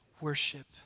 worship